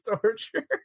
torture